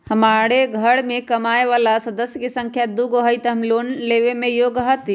हमार घर मैं कमाए वाला सदस्य की संख्या दुगो हाई त हम लोन लेने में योग्य हती?